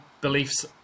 beliefs